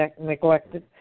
neglected